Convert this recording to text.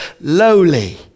lowly